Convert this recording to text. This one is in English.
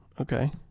Okay